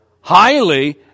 Highly